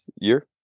year